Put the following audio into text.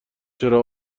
چرا